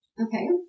Okay